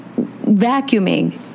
vacuuming